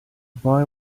boy